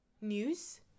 news